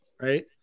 right